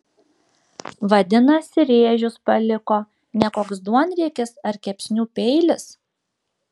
vadinasi rėžius paliko ne koks duonriekis ar kepsnių peilis